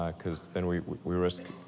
ah cause then we we risk,